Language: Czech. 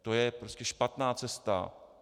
To je prostě špatná cesta.